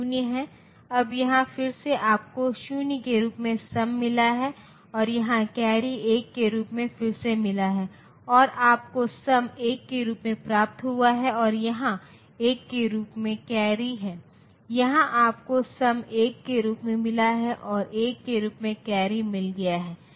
अब यहाँ फिर से आपको 0 के रूप में सम मिला है और यहाँ कैरी 1 के रूप में फिर से मिला है और आपको सम 1 के रूप में प्राप्त हुआ है और यहाँ 1 के रूप में कैरी है और यहाँ आपको सम 1 के रूप में मिला है और 1 के रूप में कैरी मिला गया है